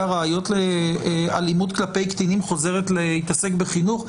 ראיות לאלימות כלפי קטינים חוזרת להתעסק בחינוך?